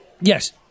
Yes